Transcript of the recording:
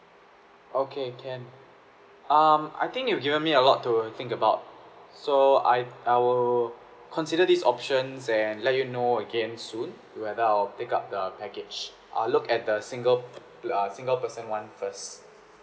okay can um I think you given me a lot to think about so I I will consider these options and let you know again soon whether I'll take up the package I'll look at the single uh single person one first